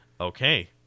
Okay